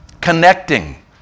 Connecting